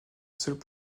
seule